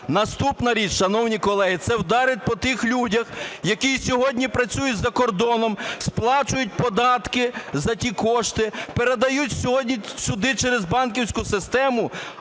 Наступна річ, шановні колеги. Це вдарить по тих людях, які сьогодні працюють за кордоном, сплачують податки за ті кошти, передають сьогодні сюди через банківську систему,